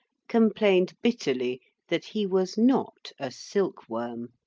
complained bitterly that he was not a silkworm!